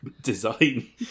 design